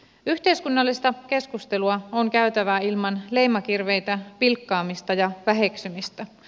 yhteiskunnallista keskustelua on käytävä ilman leimakirveitä pilkkaamista ja väheksymistä